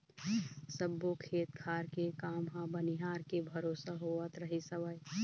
सब्बो खेत खार के काम ह बनिहार के भरोसा होवत रहिस हवय